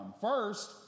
First